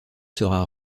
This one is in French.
sera